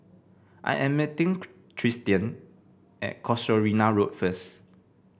I am meeting Tristian at Casuarina Road first